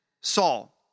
Saul